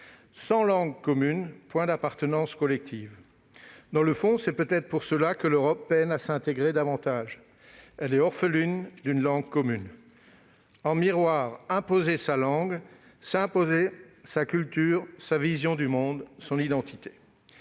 Sans langue commune, point d'appartenance collective. Dans le fond, c'est peut-être pour cela que l'Europe peine à s'intégrer davantage : elle est orpheline d'une langue commune. En miroir, imposer sa langue, c'est imposer sa culture, sa vision du monde, son identité.